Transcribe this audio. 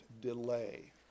delay